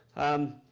um.